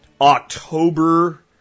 October